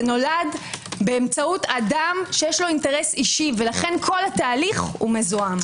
זה נולד באמצעות אדם שיש לו תהליך אישי לכן כל התהליך מזוהם.